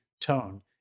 tone